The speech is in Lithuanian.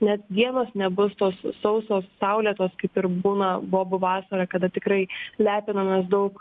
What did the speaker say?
net dienos nebus tos sausos saulėtos kaip ir būna bobų vasarą kada tikrai lepinamės daug